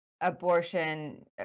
abortion